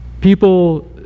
People